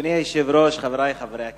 אדוני היושב-ראש, חברי חברי הכנסת,